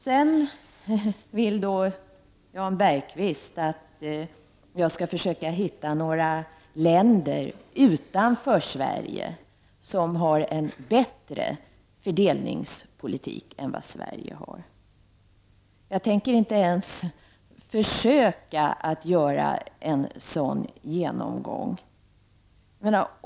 Sedan vill Jan Bergqvist att jag skall försöka hitta några länder utanför Sverige som har en bättre fördelningspolitik än vad Sverige har. Jag tänker inte ens försöka att göra en sådan genomgång.